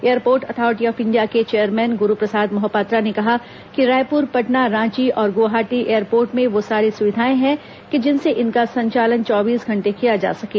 airport authority of India के chairman Guruprasad Mohapatra ने कहा कि रायपुर पटना रांची और गुवाहाटी एयरपोर्ट में वो सारी सुविधाएं हैं कि जिनसे इनका संचालन चौबीस घंटे किया जा सकें